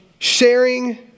Sharing